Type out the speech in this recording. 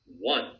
one